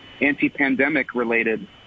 anti-pandemic-related